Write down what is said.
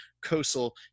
Coastal